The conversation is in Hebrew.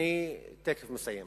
אני תיכף מסיים.